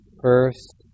first